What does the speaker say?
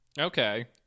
Okay